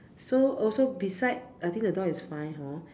so also beside I think the door is fine hor